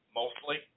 mostly